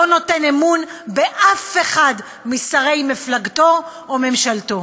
לא נותן אמון באף אחד משרי מפלגתו או ממשלתו.